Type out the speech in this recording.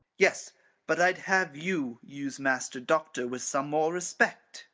yes but i'd have you use master doctor with some more respect.